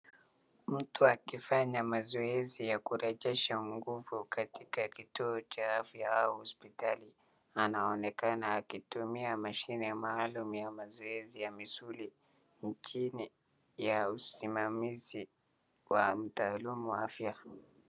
Mtu akifanya mazoezi ya kurejesha nguvu katika kituo cha afya au hospitali. Anaonekana akitumia mashine maalum ya mazoezi ya misuli chini ya usimamizi wa mtaalumu wa afya.